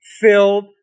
filled